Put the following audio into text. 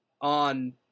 on